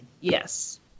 Yes